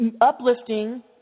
uplifting